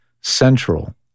Central